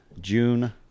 June